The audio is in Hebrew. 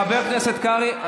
חבר הכנסת קרעי.